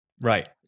Right